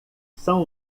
são